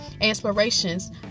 inspirations